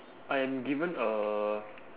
I'm given a